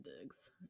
digs